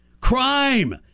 Crime